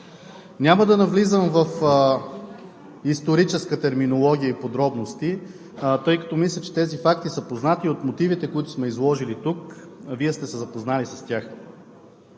Няма да навлизам в историческа терминология и подробности, тъй като тези факти са познати от мотивите, които сме изложили тук, а Вие сте се запознали с тях.